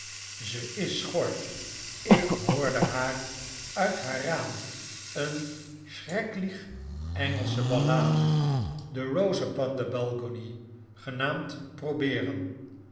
ze is schor ik hoorde haar uit haar raam een schrecklieh engelsche ballade de rose upon de balgony genaamd probeeren